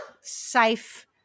safe